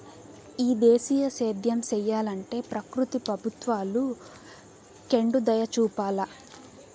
ఈ దేశీయ సేద్యం సెయ్యలంటే ప్రకృతి ప్రభుత్వాలు కెండుదయచూపాల